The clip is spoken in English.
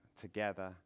together